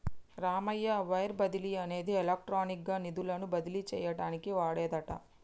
Ramayya wire బదిలీ అనేది electronic గా నిధులను బదిలీ చేయటానికి వాడేదట